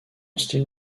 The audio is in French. style